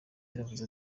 yaravuze